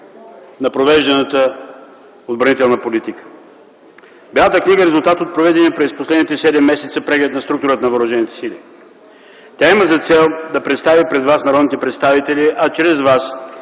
на провежданата отбранителна политика. Бялата книга е резултат от проведения през последните седем месеца преглед на структурата на въоръжените сили. Тя има за цел да представи пред вас, народните представители, а чрез вас